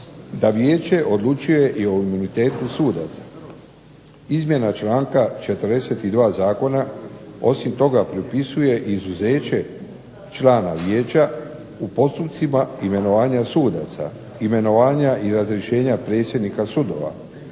da vijeće odlučuje i o imunitetu sudaca. Izmjena članka 42. Zakona osim toga propisuje i izuzeće člana vijeće u postupcima imenovanja sudaca, imenovanja i razrješenja predsjednika sudova,